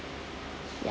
ya